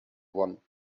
one